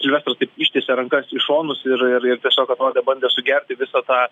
silvesas taip ištiesė rankas į šonus ir ir ir tiesiog atrodė bandė sugerti visą tą